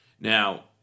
Now